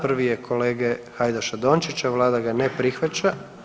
Prvi je kolege Hajdaša Dončića, vlada ga ne prihvaća.